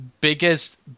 biggest